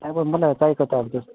अब मलाई चाहिएको त अब